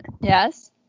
Yes